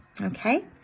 Okay